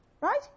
Right